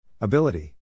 Ability